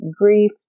grief